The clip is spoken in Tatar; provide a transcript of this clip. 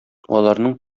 аларның